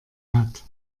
hat